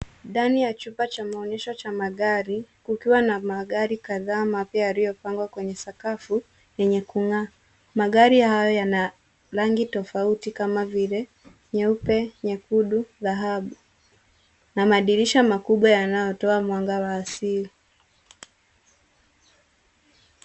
Ndani ya chumba cha maonyesho cha magari, kukiwa na magari kadhaa mapya yaliyopangwa kwenye sakafu yenye kung'aa. Magari hayo yana rangi tofauti kama vile nyeupe, nyekundu, dhahabu. Na madirisha makubwa yanayotoa mwanga wa asili.